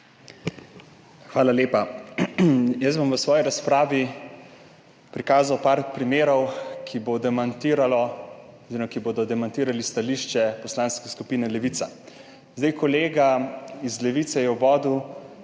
Hvala lepa. Jaz bom v svoji razpravi prikazal par primerov, ki bodo demantirali stališče Poslanske skupine Levica. Kolega iz Levice je v uvodu